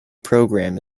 programme